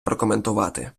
прокоментувати